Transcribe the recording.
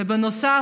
בנוסף,